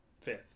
Fifth